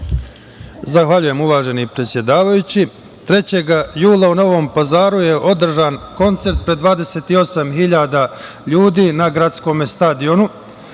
Zahvaljujem, uvaženi predsedavajući. Trećeg jula u Novom Pazaru je održan koncert pred 28.000 ljudi na gradskom stadionu.